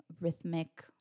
rhythmic